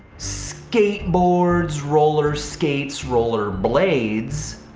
skateboards, roller skates, roller blades.